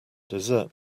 desert